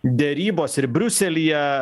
derybos ir briuselyje